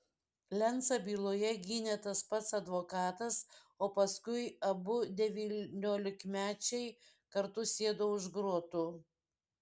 lencą byloje gynė tas pats advokatas o paskui abu devyniolikmečiai kartu sėdo už grotų